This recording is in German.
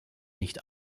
nicht